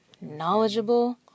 knowledgeable